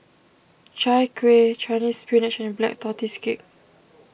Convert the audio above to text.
Chai Kueh Chinese Spinach and Black Tortoise Cake